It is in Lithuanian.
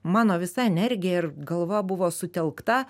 mano visa energija ir galva buvo sutelkta